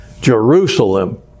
Jerusalem